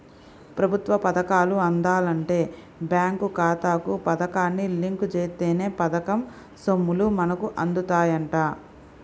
ప్రభుత్వ పథకాలు అందాలంటే బేంకు ఖాతాకు పథకాన్ని లింకు జేత్తేనే పథకం సొమ్ములు మనకు అందుతాయంట